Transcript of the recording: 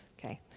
okay.